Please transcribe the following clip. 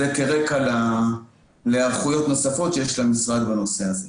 זה כרקע להיערכויות נוספות שיש למשרד בנושא הזה.